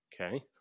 Okay